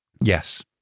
Yes